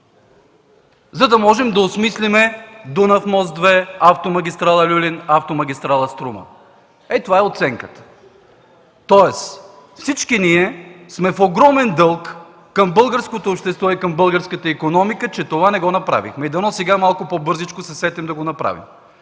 за да можем да осмислим Дунав мост-2, автомагистрала „Люлин”, автомагистрала „Струма”. Ето това е оценката. Тоест всички ние сме в огромен дълг към българското общество и към българската икономика, че това не го направихме и дано сега малко по-бързичко се сетим да го направим.